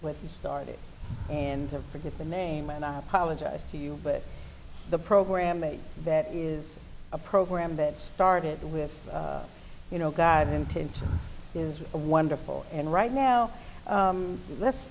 what you started and forget the name and i apologize to you but the program made that is a program that started with you know god intent is a wonderful and right now let's